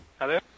Hello